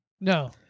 No